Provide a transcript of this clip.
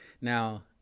Now